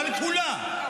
אבל כולה,